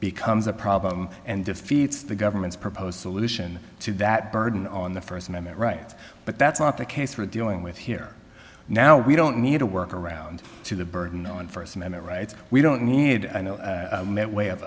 becomes a problem and defeats the government's proposed solution to that burden on the first amendment right but that's not the case for dealing with here now we don't need to work around to the burden on first amendment rights we don't need i know that way of